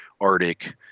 Arctic